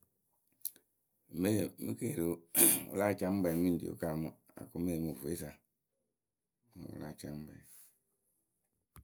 ŋme mɨ keeriwǝ wǝ láa ca mǝ kpɛɛ mɨ ŋ ri wɨ kaamɨ akʊmɛɛ mɨ vweyǝ sa ŋ wɨ wɨ láa ca mɨ kpɛɛ.